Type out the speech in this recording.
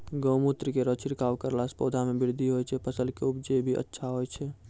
गौमूत्र केरो छिड़काव करला से पौधा मे बृद्धि होय छै फसल के उपजे भी अच्छा होय छै?